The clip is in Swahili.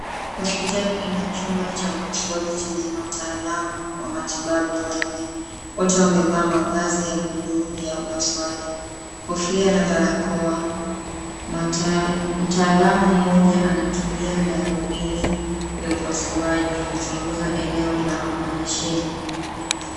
Hospitali ina chumba cha upasuaji chenye wataalamu wa matibabu wa ini. Wote wamevaa mavazi ya [c.s]blue, kofia na barakoa. Mtaalamu moja anatumia darubini ya upasuaji kuchunguza eneo la oparesheni.